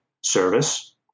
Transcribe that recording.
service